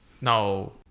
no